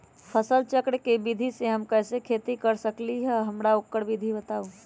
फसल चक्र के विधि से हम कैसे खेती कर सकलि ह हमरा ओकर विधि बताउ?